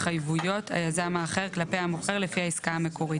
התחייבויות היזם האחר כלפי המוכר לפי העסקה המקורית,